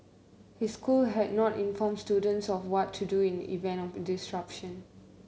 his school had not informed students of what to do in event of a disruption